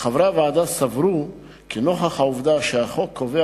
חברי הוועדה סברו כי נוכח העובדה שהחוק קובע